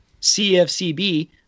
CFCB